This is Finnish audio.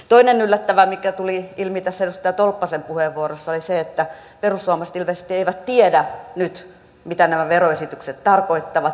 toinen yllättävä mikä tuli ilmi edustaja tolppasen puheenvuorossa oli se että perussuomalaiset ilmeisesti eivät nyt tiedä mitä nämä veroesitykset tarkoittavat